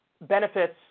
benefits